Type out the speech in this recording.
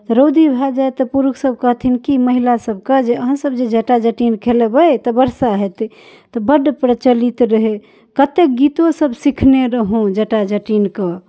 रौदी भऽ जाइ तऽ पुरुष सब कहथिन की महिला सबके अहाँ सब जे जटा जटिन खेलेबै तऽ बरसा हेतै तऽ बड्ड प्रचलित रहै कत्ते गीतो सब सिखने रहौं जटा जटिनके